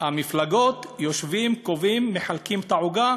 המפלגות יושבים, קובעים, מחלקים את העוגה,